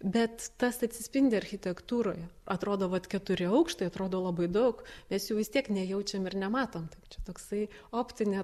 bet tas atsispindi architektūroje atrodo vat keturi aukštai atrodo labai daug mes jų vis tiek nejaučiam ir nematom tai čia toksai optinė